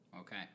Okay